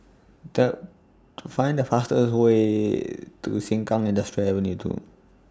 The Find The fastest Way to Sengkang Industrial Ave two